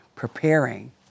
preparing